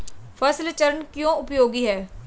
फसल चरण क्यों उपयोगी है?